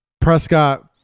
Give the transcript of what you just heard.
Prescott